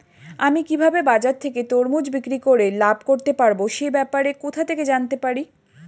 আমি কিভাবে বাজার থেকে তরমুজ বিক্রি করে লাভ করতে পারব সে ব্যাপারে কোথা থেকে জানতে পারি?